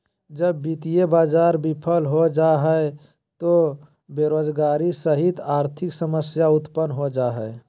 जब वित्तीय बाज़ार बिफल हो जा हइ त बेरोजगारी सहित आर्थिक समस्या उतपन्न हो जा हइ